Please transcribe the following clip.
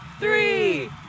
three